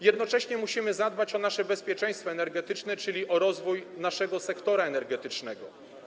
Jednocześnie musimy zadbać o nasze bezpieczeństwo energetyczne, czyli o rozwój naszego sektora energetycznego.